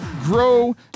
grow